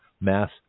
mass